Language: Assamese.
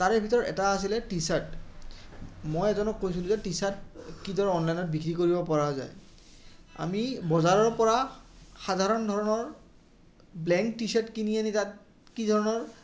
তাৰে ভিতৰত এটা আছিলে টি চাৰ্ট মই এজনক কৈছিলোঁ যে টি চাৰ্ট কি ধৰ অনলাইনত বিক্ৰী কৰিব পৰা যায় আমি বজাৰৰ পৰা সাধাৰণ ধৰণৰ ব্ৰেণ্ড টি চাৰ্ট কিনি আনি তাত কি ধৰণৰ